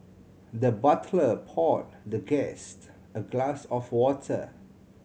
the butler poured the guest a glass of water